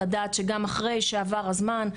לדעת שגם אחרי שעבר הזמן,